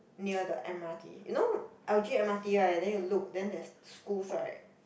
near the m_r_t you know Aljunied m_r_t right then you look then there's schools right